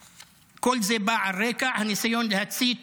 כל זה בא על רקע הניסיון להצית